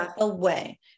away